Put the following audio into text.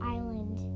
Island